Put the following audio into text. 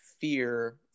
fear